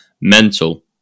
mental